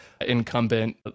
incumbent